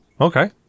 Okay